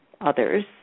others